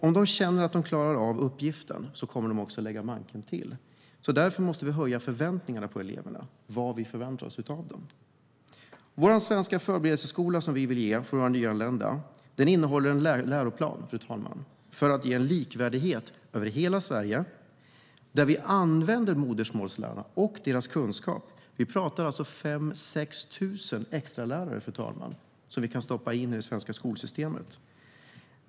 Om de känner att de klarar av uppgiften kommer de också att lägga manken till. Därför måste vi höja våra förväntningar på dem. Fru talman! Den svenska förberedelseskola som vi vill ger våra nyanlända innehåller en läroplan för att ge likvärdighet över hela Sverige. Vi vill använda modersmålslärarna och deras kunskap. Vi talar om 5 000-6 000 extralärare som vi kan stoppa in i det svenska skolsystemet.